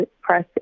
press